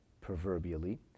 proverbially